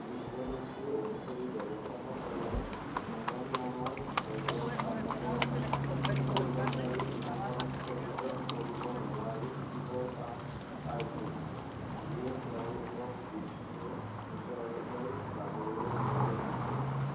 কিংবদন্তি অনুসৰি দেৱতাসকলে 'মুৰন' নামৰ এজন দানৱৰ স্বৈৰাচাৰী শাসন সহ্য কৰিব নোৱাৰি শিৱৰ কাষ পাইছিল যিয়ে তেওঁলোকক বিষ্ণুৰ ওচৰলৈ যাবলৈ নিৰ্দেশ দিছিল